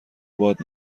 باد